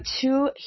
two